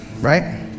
right